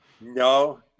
No